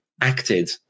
acted